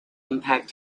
impact